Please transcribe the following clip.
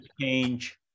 change